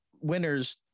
winners